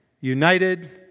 united